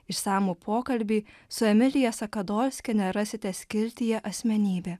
išsamų pokalbį su emilija sakadolskiene rasite skiltyje asmenybė